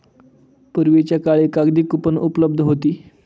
पूर्वीच्या काळी कागदी कूपन उपलब्ध होती